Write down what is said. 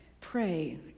pray